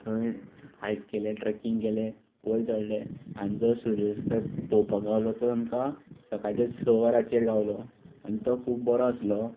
थंय हायक केलें ट्रॅकिंग केलें वयर चडले आनी जो सुर्यास्त पोवपाक गावलो तो आमकां सकाळच्या स वरांचेर गावलो आनी तो खूब बरो आसलो